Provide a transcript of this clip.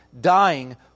dying